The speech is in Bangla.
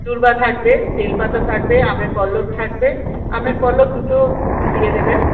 দূর্বা থাকবে বেলপাতা থাকবে আমের পল্লব থাকবে আমের পল্লব দুটো দিয়ে দেবেন